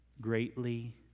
greatly